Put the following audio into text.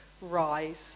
rise